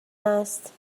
است